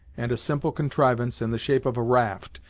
and a simple contrivance, in the shape of a raft,